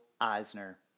Eisner